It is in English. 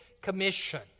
commission